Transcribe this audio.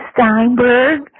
Steinberg